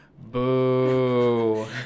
Boo